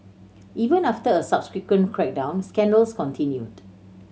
even after a subsequent crackdown scandals continued